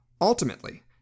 Ultimately